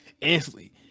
instantly